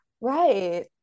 right